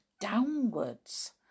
downwards